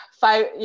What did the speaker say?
Five